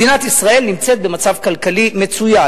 מדינת ישראל נמצאת במצב כלכלי מצוין.